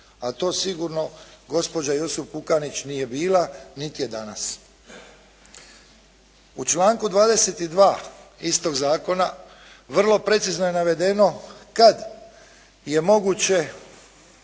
a to sigurno gospođa Jusup Pukanić nije bila niti je danas. U članku 22. istog zakona vrlo precizno je navedeno kad je moguće